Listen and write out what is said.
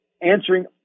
answering